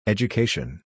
Education